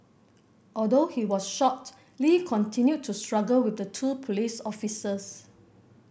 although he was shot Lee continued to struggle with the two police officers